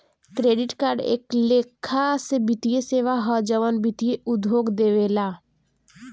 credit card एक लेखा से वित्तीय सेवा ह जवन वित्तीय उद्योग देवेला